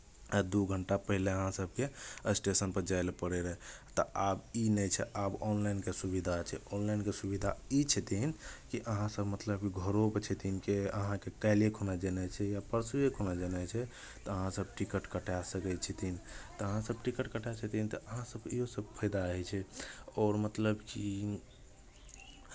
दू घण्टा पहिले अहाँ सभके स्टेशनपर जाय लए पड़ैत रहै तऽ आब ई नहि छै आब ऑनलाइनके सुविधा छै ऑनलाइनके सुविधा ई छथिन कि अहाँसभ मतलब घरोपर छथिन कि अहाँके काल्हिए खुना जेनाइ छै या परसुए खुना जेनाइ छै तऽ अहाँसभ टिकट कटाए सकै छथिन तऽ अहाँसभ टिकट कटाइत छथिन तऽ अहाँ सभके इहोसभ फाइदा होइ छै आओर मतलब कि